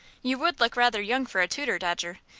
you would look rather young for a tutor, dodger,